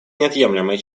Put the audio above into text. неотъемлемой